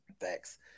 Thanks